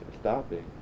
stopping